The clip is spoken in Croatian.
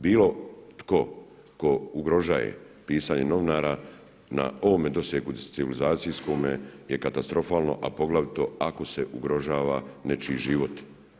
Bilo tko tko ugrožaje pisanje novinara na ovome dosegu civilizacijskome je katastrofalno, a poglavito ako se ugrožava nečiji život.